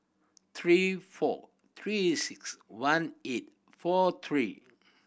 three four Three Six One eight four three